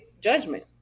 judgment